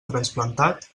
trasplantat